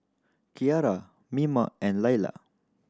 Keara Mima and Layla